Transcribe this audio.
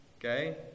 okay